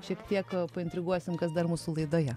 šiek tiek paintriguosim kas dar mūsų laidoje